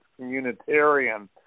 communitarian